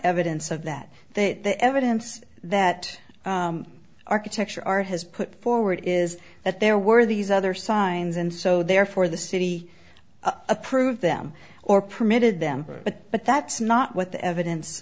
evidence of that that the evidence that architecture are has put forward is that there were these other signs and so therefore the city approved them or permitted them but but that's not what the evidence